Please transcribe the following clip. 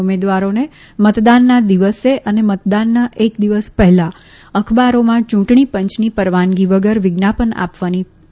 ઉમેદવારોને મતદાનના દિવસે અને મતદાનના એક દિવસ પહેલા અખબારોમાં યૂંટણી પંચની પરવાનગી વગર વિજ્ઞાપન આપવા પર મનાઈ ફરમાવી છે